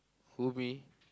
who me